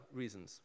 reasons